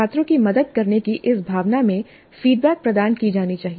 छात्रों की मदद करने की इस भावना में फीडबैक प्रदान की जानी चाहिए